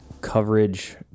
coverage